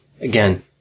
again